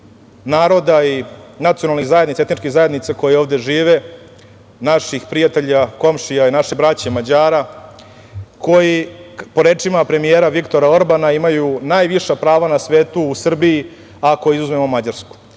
naroda i nacionalnih zajednica, etnički zajednica, koje ovde žive, naših prijatelja, komšija i naše braće Mađara koji po rečima premijera Viktora Orbana imaju najviša prava na svetu u Srbiji, ako izuzmemo Mađarsku. To